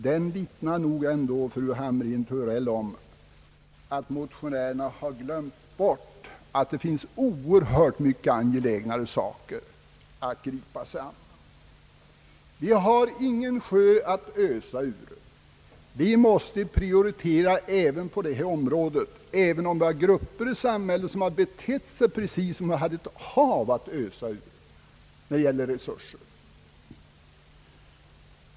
Den vittnar nog ändå, fru Hamrin-Thorell, om att motionärerna har glömt bort att det finns mycket angelägnare frågor att gripa sig an med. Vi har ingen sjö att ösa ur, och vi måste prioritera på detta område, även om det finns grupper i samhället som har betett sig som om vi hade ett hav av resurser att ösa ur.